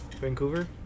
Vancouver